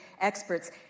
experts